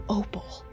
opal